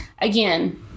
again